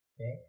Okay